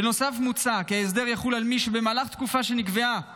בנוסף מוצע כי ההסדר יחול על מי שבמהלך תקופה שנקבעה